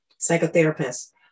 psychotherapist